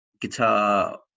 guitar